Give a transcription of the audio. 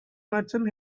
merchant